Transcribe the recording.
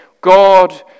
God